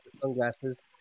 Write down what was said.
sunglasses